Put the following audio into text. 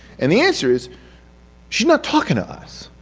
and the answer is she's not talking to us.